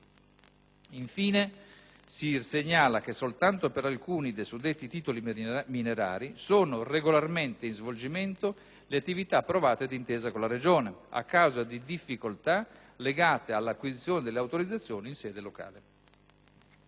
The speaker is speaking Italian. Infine, si segnala che soltanto per alcuni dei suddetti titoli minerari sono regolarmente in svolgimento le attività approvate d'intesa con la Regione, a causa di difficoltà legate all'acquisizione delle autorizzazioni in sede locale.